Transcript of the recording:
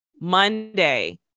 Monday